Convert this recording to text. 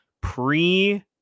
pre